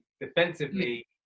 defensively